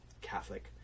Catholic